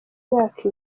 imyaka